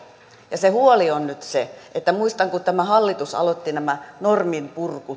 ja se huoli on nyt se että muistan kun tämä hallitus aloitti nämä norminpurkutalkoot ja